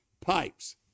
pipes